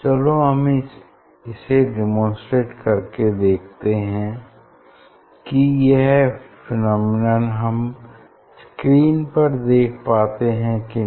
चलो हम इसे डेमोंस्ट्रेटे करके देखते हैं कि यह फेनोमेनन हम स्क्रीन पर देख पाते हैं कि नहीं